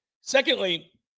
Secondly